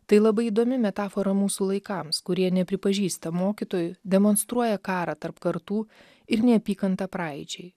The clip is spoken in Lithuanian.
tai labai įdomi metafora mūsų laikams kurie nepripažįsta mokytojų demonstruoja karą tarp kartų ir neapykantą praeičiai